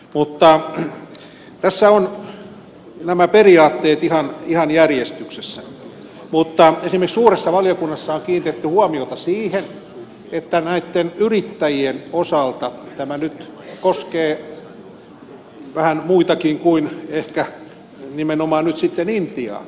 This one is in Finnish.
tässä ovat nämä periaatteet ihan järjestyksessä mutta esimerkiksi suuressa valiokunnassa on kiinnitetty huomiota siihen että näitten yrittäjien osalta tämä nyt koskee vähän muitakin kuin ehkä nimenomaan nyt sitten intiaa